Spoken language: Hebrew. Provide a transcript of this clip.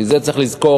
כי צריך לזכור,